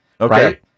Okay